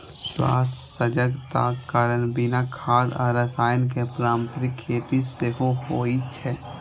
स्वास्थ्य सजगताक कारण बिना खाद आ रसायन के पारंपरिक खेती सेहो होइ छै